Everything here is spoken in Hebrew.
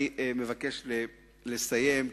אני מבקש לסיים,